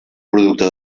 producte